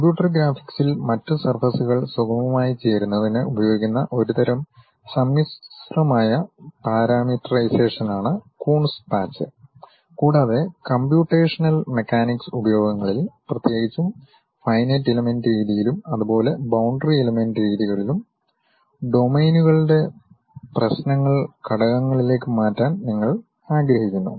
computer ഗ്രാഫിക്സിൽ മറ്റ് സർഫസ്കൾ സുഗമമായി ചേരുന്നതിന് ഉപയോഗിക്കുന്ന ഒരു തരം സമ്മിശ്രമായ പാരാമീറ്ററൈസേഷനാണ് കൂൺസ് പാച്ച് കൂടാതെ കമ്പ്യൂട്ടേഷണൽ മെക്കാനിക്സ് ഉപയോഗങ്ങളിൽ പ്രത്യേകിച്ചും ഫൈനൈറ്റ് ഇലമൻ്റ് രീതിയിലും അതുപോലെ ബൌണ്ടറി ഇലമൻ്റ് രീതികളിലും ഡൊമെയ്നുകളുടെ പ്രശ്നങ്ങൾ ഘടകങ്ങളിലേക്ക് മാറ്റാൻ നിങ്ങൾ ആഗ്രഹിക്കുന്നു